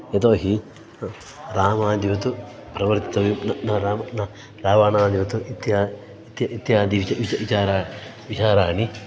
यतोऽहि रामादिवत् प्रवर्तव्यं पुनः न न रामः न रावाणादिवत् इत्य इत् इत्यादिषु वि विचार विचाराणि